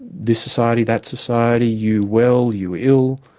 this society, that society, you well, you ill,